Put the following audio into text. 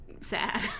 sad